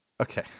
okay